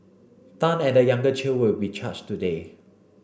Tan and the younger Chew will be charged today